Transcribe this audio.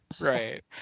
right